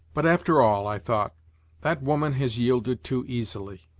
but, after all, i thought that woman has yielded too easily.